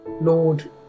Lord